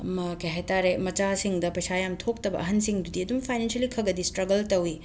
ꯑꯃ ꯀꯩꯍꯥꯏꯇꯥꯔꯦ ꯃꯆꯥꯁꯤꯡꯗ ꯄꯩꯁꯥ ꯌꯥꯝ ꯊꯣꯛꯇꯕ ꯑꯍꯟꯁꯤꯡꯗꯨꯗꯤ ꯑꯗꯨꯝ ꯐꯥꯏꯅꯦꯟꯁꯦꯜꯂꯤ ꯈꯒꯗꯤ ꯁ꯭ꯇ꯭ꯔꯒꯜ ꯇꯧꯏ